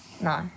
No